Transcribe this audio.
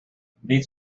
these